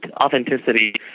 authenticity